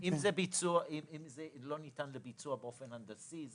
אם זה לא ניתן לביצוע באופן הנדסי,